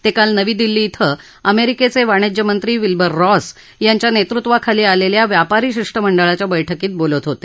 ते काल नवी दिल्ली क्रिं अमेरिकेचे वाणिज्य मंत्री विल्बर रॉस यांच्या नेतृत्वाखाली आलेल्या व्यापारी शिष्टमंडळाच्या बैठकीत बोलत होते